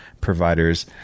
providers